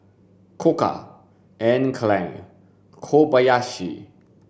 Koka Anne Klein Kobayashi